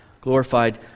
glorified